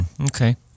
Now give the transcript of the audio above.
Okay